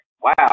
wow